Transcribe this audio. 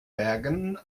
bergen